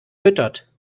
füttert